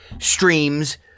streams